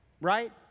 Right